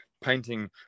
painting